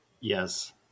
Yes